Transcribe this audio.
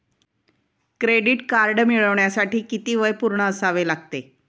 Credit card मिळवण्यासाठी किती वय पूर्ण असावे लागते?